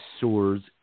Swords